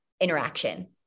interaction